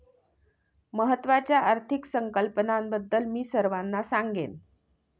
महत्त्वाच्या आर्थिक संकल्पनांबद्दल मी सर्वांना सांगेन